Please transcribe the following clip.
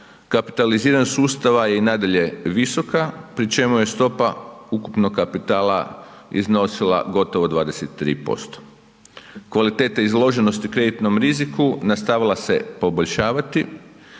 kapitaliziranje sustava i nadalje je visoka pri čemu je stopa ukupnog kapitala iznosila gotovo 23%, kvaliteta izloženosti kreditnom riziku nastavila se poboljšavati,